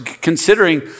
considering